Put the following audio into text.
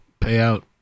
payout